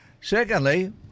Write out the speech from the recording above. Secondly